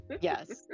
yes